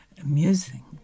amusing